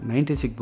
96